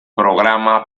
programa